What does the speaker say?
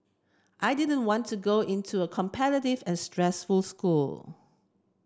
I didn't want to go into a competitive and stressful school